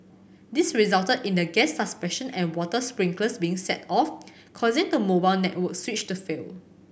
this resulted in the gas suppression and water sprinklers being set off causing the mobile network switch to fail